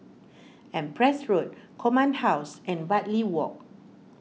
Empress Road Command House and Bartley Walk